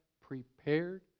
prepared